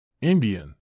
Indian